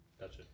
Gotcha